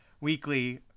weekly